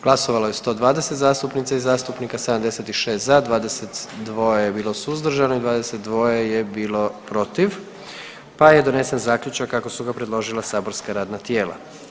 Glasovalo je 120 zastupnica i zastupnika, 76 za, 22 je bilo suzdržanih, 22 je bilo protiv pa je donesen zaključak kako su ga predložila saborska radna tijela.